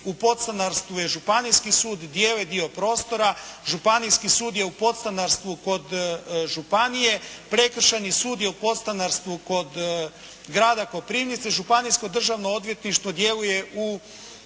u podstanarstvu je Županijski sud, dijele dio prostora. Županijski sud je u podstanarstvu kod županije. Prekršajni sud je u podstanarstvu kod grada Koprivnice. Županijsko državno odvjetništvo djeluje u